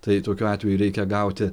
tai tokiu atveju reikia gauti